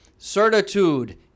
Certitude